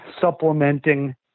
supplementing